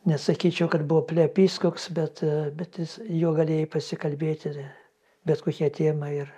nesakyčiau kad buvo plepys koks bet bet jis jo galėjai pasikalbėti bet kokia tema ir